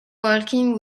walking